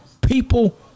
People